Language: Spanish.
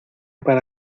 para